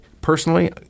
Personally